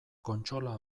kontsola